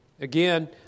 Again